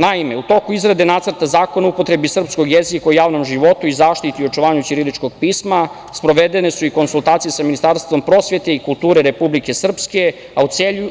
Naime, u toku izrade Nacrta zakona o upotrebi srpskog jezika u javnom životu i zaštiti i očuvanju ćiriličnog pisma sprovedene su i konsultacije sa Ministarstvom prosvete i kulture Republike Srpske, a